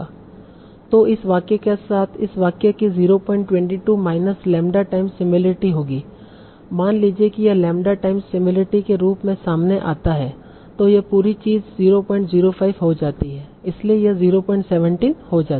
तो इस वाक्य के साथ इस वाक्य की 022 माइनस लेम्डा टाइम्स सिमिलरिटी होगी मान लीजिए कि यह लेम्डा टाइम्स सिमिलरिटी के रूप में सामने आता है तो यह पूरी चीज 005 हो जाती है इसलिए यह 017 हो जाती है